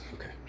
Okay